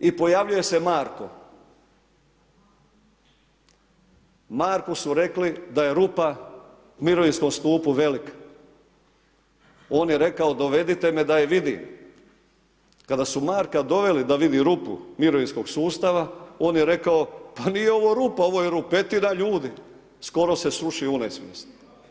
i pojavljuje se Marko, Marku su rekli da rupa u mirovinskom stupu velika, on je rekao dovedite me da je vidim, kada su Marka doveli da vidi rupu mirovinskog sustava, on je rekao, pa nije ovo rupa, ovo je rupetina ljudi, skoro se srušio u nesvijest.